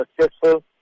successful